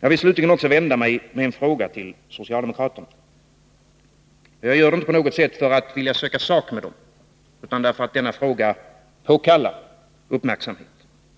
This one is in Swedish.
Jag vill slutligen också vända mig med en fråga till socialdemokraterna. Jag gör det inte för att på något sett söka sak med dem, utan därför att denna fråga påkallar uppmärksamhet.